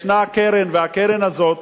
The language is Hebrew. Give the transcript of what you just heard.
יש קרן, והקרן הזאת,